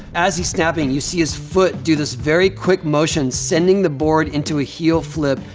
as he's snapping, you see his foot do this very quick motion, sending the board into a heel flip.